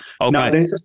Okay